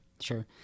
sure